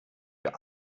für